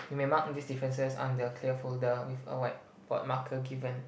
you may mark this differences on the clear folder with a whiteboard marker given